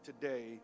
today